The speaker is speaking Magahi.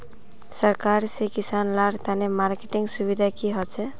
सरकार से किसान लार तने मार्केटिंग सुविधा की होचे?